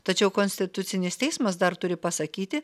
tačiau konstitucinis teismas dar turi pasakyti